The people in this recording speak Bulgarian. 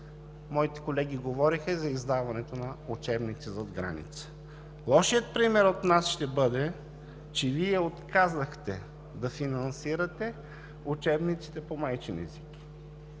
моите колеги говориха, за издаването на учебници зад граница. Лошият пример от нас ще бъде, че Вие отказахте да финансирате учебниците по майчин език,